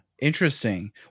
interesting